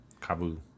Kabu